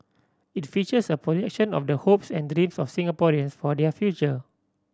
it features a projection of the hopes and dreams of Singaporeans for their future